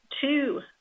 two